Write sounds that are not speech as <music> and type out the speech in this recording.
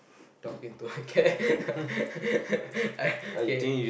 talking to my cat <laughs> I K